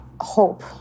hope